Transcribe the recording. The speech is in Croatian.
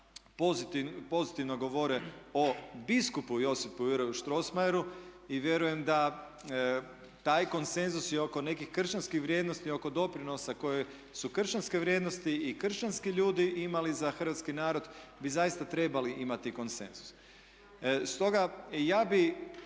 pozitivno govore o biskupu Josipu Juraju Strossmayeru i vjerujem da taj konsenzus je i oko nekih kršćanskih vrijednosti i oko doprinosa koje su kršćanske vrijednosti i kršćanski ljudi imali za hrvatski narod bi zaista trebali imati konsenzus. Stoga ja bih